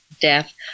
death